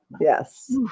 Yes